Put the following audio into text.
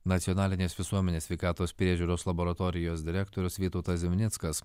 nacionalinės visuomenės sveikatos priežiūros laboratorijos direktorius vytautas zimnickas